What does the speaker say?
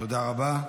תודה רבה.